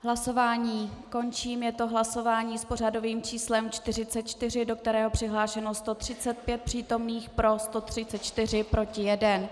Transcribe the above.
Hlasování končím, je to hlasování s pořadovým číslem 44, do kterého je přihlášeno 135 přítomných, pro 134, proti 1.